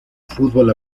fútbol